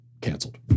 canceled